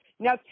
Now